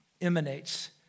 emanates